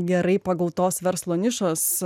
gerai pagautos verslo nišos